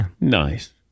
Nice